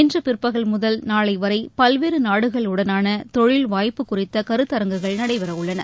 இன்று பிற்பகல் முதல் நாளை வரை பல்வேறு நாடுகளுடனான தொழில் வாய்ப்பு குறித்த கருத்தரங்குகள் நடைபெற உள்ளன